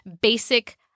basic